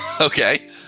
Okay